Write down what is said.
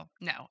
No